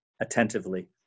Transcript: attentively